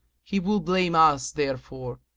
he will blame us therefor.